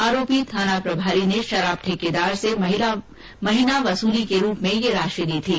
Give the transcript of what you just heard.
आरोपी थाना प्रभारी ने शराब ठेकेदार से महीना वसूली के रूप में ये राशि ली थी